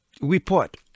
report